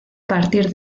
partir